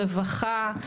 רווחה,